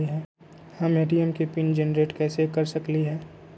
हम ए.टी.एम के pin generate कईसे कर सकली ह?